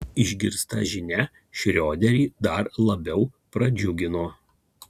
išgirsta žinia šrioderį dar labiau pradžiugino